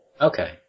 Okay